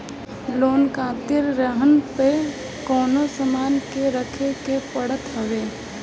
loan खातिर रेहन पअ कवनो सामान के रखे के पड़त हअ